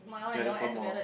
ya there's one more